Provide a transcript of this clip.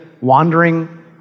wandering